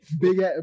Big